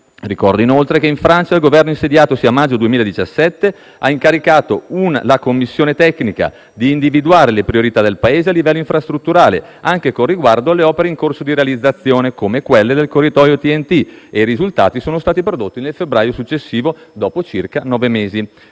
Ricordo inoltre che in Francia, il Governo insediatosi a maggio 2017 ha incaricato la Commissione tecnica di individuare le priorità del Paese a livello infrastrutturale, anche con riguardo alle opere in corso di realizzazione, come quelle del corridoio TEN-T, e i risultati sono stati prodotti nel febbraio successivo, dopo circa nove mesi.